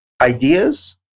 ideas